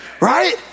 Right